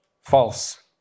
False